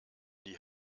die